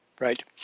Right